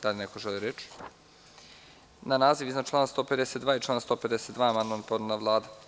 Da li neko želi reč? (Ne.) Na naziv iznad člana 152. i član 152. amandman je podnela Vlada.